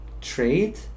trade